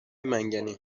منگنه